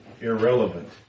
irrelevant